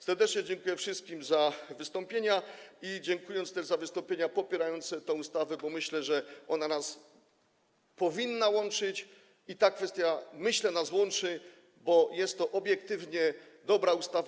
Serdecznie dziękuję wszystkim za wystąpienia i dziękuję też za wystąpienia popierające tę ustawę, bo myślę, że ona nas powinna łączyć i ta kwestia, jak myślę, nas łączy, bo jest to obiektywnie dobra ustawa.